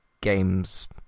games